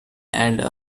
and